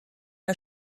der